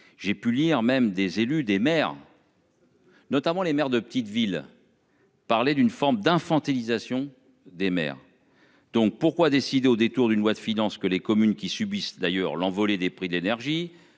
J'ai pu lire même des élus, des maires. Dans ça. Notamment les maires de petites villes.-- Parler d'une forme d'infantilisation des mères donc pourquoi décider au détour d'une loi de finances que les communes qui subissent d'ailleurs l'envolée des prix de l'énergie.